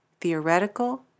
theoretical